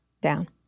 Down